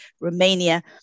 Romania